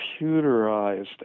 computerized